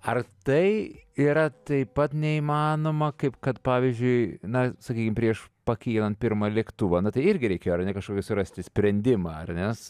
ar tai yra taip pat neįmanoma kaip kad pavyzdžiui na sakykim prieš pakylant pirmą lėktuvą na tai irgi reikėjo kažkokį surasti sprendimą ar ne